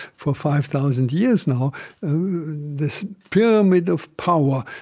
for five thousand years now this pyramid of power,